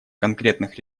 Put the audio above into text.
конкретных